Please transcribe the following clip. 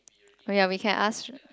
oh ya we can ask